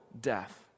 death